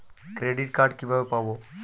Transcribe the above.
Credit card কিভাবে পাব?